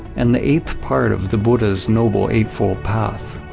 and the eighth part of the buddha's noble eightfold path.